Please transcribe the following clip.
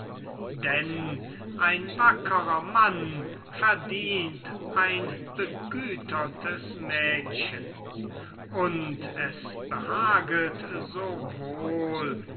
denn ein wackerer mann verdient ein begütertes mädchen und es behaget so wohl